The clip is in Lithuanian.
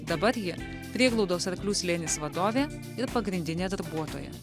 dabar ji prieglaudos arklių slėnis vadovė ir pagrindinė darbuotoja